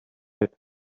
said